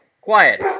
quiet